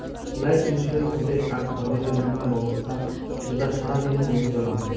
life insurance হসে আক ধরণের বীমা ব্যবছস্থা জেতার সারা জীবন ধরি চলাঙ